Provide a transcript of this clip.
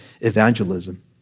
evangelism